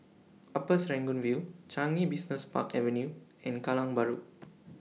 Upper Serangoon View Changi Business Park Avenue and Kallang Bahru